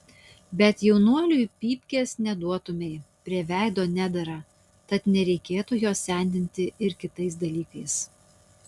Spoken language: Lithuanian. bet jaunuoliui pypkės neduotumei prie veido nedera tad nereikėtų jo sendinti ir kitais dalykais